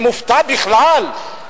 אני מופתע בכלל,